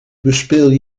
bespeel